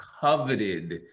coveted